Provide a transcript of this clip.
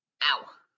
Ow